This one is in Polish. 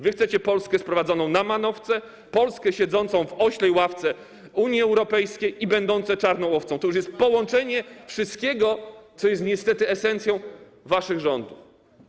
Wy chcecie Polskę sprowadzoną na manowce, Polskę siedzącą w oślej ławce Unii Europejskiej i będącą czarną owcą - to już jest połączenie wszystkiego, co jest niestety esencją waszych rządów.